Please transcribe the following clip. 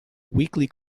weekly